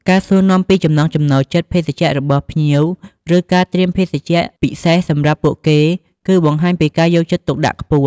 ការសួរនាំពីចំណង់ចំណូលចិត្តភេសជ្ជៈរបស់ភ្ញៀវ ឬការត្រៀមភេសជ្ជៈពិសេសសម្រាប់ពួកគេ គឺបង្ហាញពីការយកចិត្តទុកដាក់ខ្ពស់។